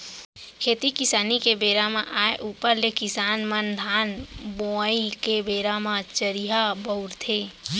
खेती किसानी के बेरा आय ऊपर ले किसान मन धान बोवई के बेरा म चरिहा बउरथे